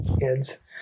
kid's